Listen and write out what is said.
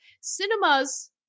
cinemas